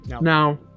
Now